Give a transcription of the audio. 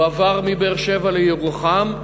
הוא עבר מבאר-שבע לירוחם,